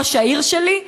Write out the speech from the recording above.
ראש העיר שלי,